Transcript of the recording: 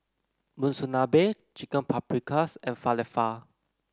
Monsunabe Chicken Paprikas and Falafel